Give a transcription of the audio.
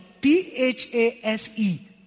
P-H-A-S-E